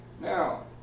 Now